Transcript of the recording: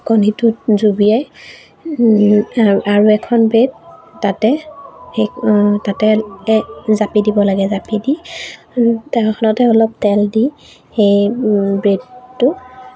কণীটোত জুবিয়াই আৰু এখন ব্ৰেড তাতে সেই তাতে জাপি দিব লাগে জাপি দি টাৱাখনতে অলপ তেল দি সেই ব্ৰেডটো